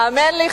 האמן לי,